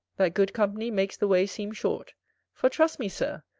that good company makes the way seem short for trust me, sir,